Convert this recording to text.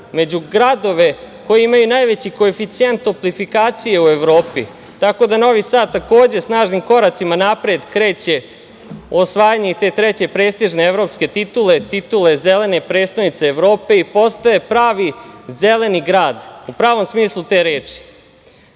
među gradove koje imaju najveći koeficijent toplifikacije u Evropi. Tako da, Novi Sad, takođe snažnim koracima napred kreće u osvajanje te treće prestižne evropske titule, titule Zelene prestonice Evrope i postaje pravi zeleni grad, u pravom smislu te